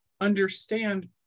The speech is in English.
understand